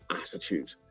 attitude